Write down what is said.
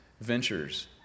ventures